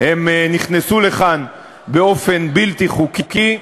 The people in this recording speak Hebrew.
נכנסו לכאן באופן בלתי חוקי.